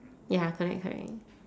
ya correct correct